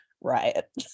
riot